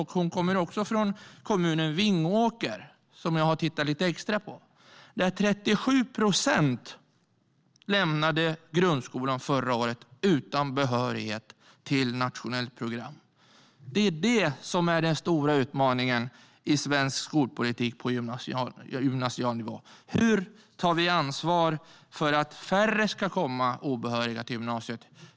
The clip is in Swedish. Hon kommer också från kommunen Vingåker, som jag har tittat lite extra på. Där lämnade förra året 37 procent grundskolan utan behörighet till nationellt program. Det är det som är den stora utmaningen i svensk skolpolitik på gymnasial nivå. Hur tar vi ansvar för att färre ska komma obehöriga till gymnasiet?